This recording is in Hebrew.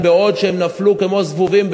בעוד שהם נפלו כמו זבובים,